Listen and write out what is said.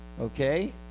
Okay